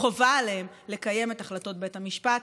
חובה עליהם לקיים את החלטות בית המשפט,